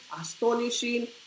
astonishing